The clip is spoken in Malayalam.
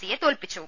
സിയെ തോൽപ്പിച്ചു